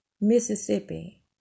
Mississippi